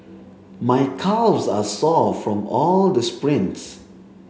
my calves are sore from all the sprints